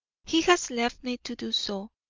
he has left me to do so.